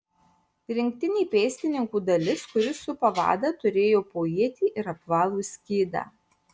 rinktinė pėstininkų dalis kuri supa vadą turėjo po ietį ir apvalų skydą